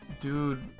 Dude